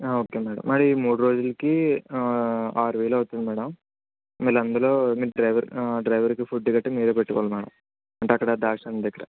okay madam మరి ఈ మూడు రోజులకి ఆరు వేలు అవుతుంది మేడం మళ్ళీ అందులో మీరు డ్రైవెర్ డ్రైవర్కి ఫుడ్ గట్రా మీరే పెట్టుకోవాలి మేడం అంటే ద్రాక్షారామం దగ్గర